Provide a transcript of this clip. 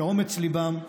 שאומץ ליבם,